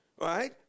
Right